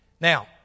Now